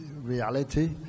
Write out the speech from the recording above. reality